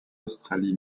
australie